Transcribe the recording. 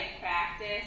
practice